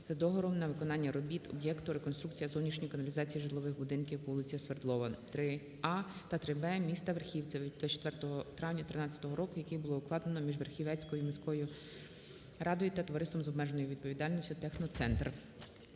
за договором на виконання робіт по об'єкту "Реконструкція зовнішньої каналізації житлових будинків по вулиці Свердлова, 3а та 3б містаВерхівцеве" від 24 травня 13-го року, який було укладено між Верхівцевською міською радою та Товариством з обмеженою відповідальністю "Техноцентр".